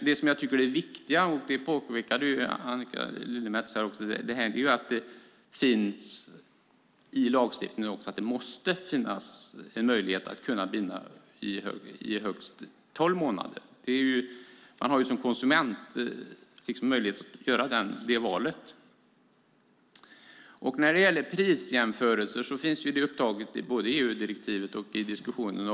Det som jag tycker är det viktiga - det påpekade Annika Lillemets också - är att det i lagstiftningen måste finnas en möjlighet att binda sig i högst tolv månader. Man har ju möjlighet att som konsument göra det valet. När det gäller prisjämförelser finns det upptaget i både EU-direktivet och diskussionen.